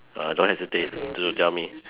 err don't hesitate to tell me